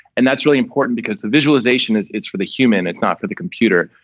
and that's really important because the visualization, it's it's for the human, it's not for the computer.